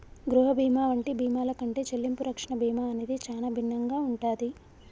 గృహ బీమా వంటి బీమాల కంటే చెల్లింపు రక్షణ బీమా అనేది చానా భిన్నంగా ఉంటాది